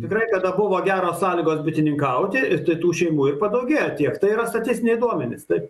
tikrai kada buvo geros sąlygos bitininkauti ir tai tų šeimų ir padaugėjo tiek tai yra statistiniai duomenys taip